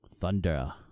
Thunder